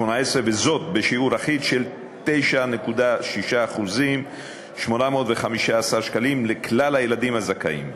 בשיעור אחיד של 9.6% 815 שקלים לכלל הילדים הזכאים.